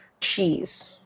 cheese